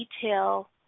detail